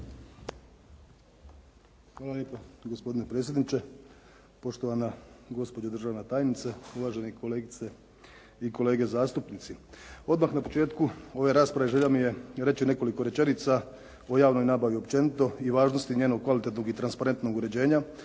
Hvala lijepo. Gospodine predsjedniče, poštovana gospođo državna tajnice, uvažene kolegice i kolege zastupnici. Odmah na početku ove rasprave želja mi je reći nekoliko rečenica o javnoj nabavi općenito i važnosti njenog kvalitetnog i transparentnog uređenja